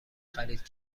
خرید